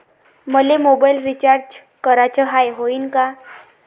मले mobile recharge कराचा हाय, होईनं का?